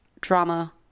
drama